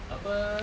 apa tu